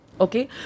Okay